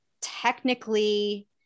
technically